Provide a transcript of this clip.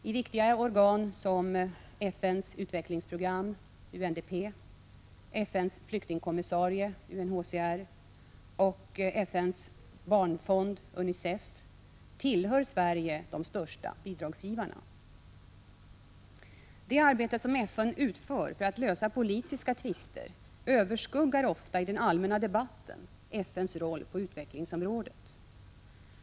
I viktiga organ som FN:s utvecklingsprogram UNDP, FN:s flyktingkommissarie UNHCR, och FN:s barnfond UNICEF tillhör Sverige de största bidragsgivarna. Det arbete som FN utför för att lösa politiska tvister överskuggar ofta i den allmänna debatten FN:s roll på utvecklingsområdet.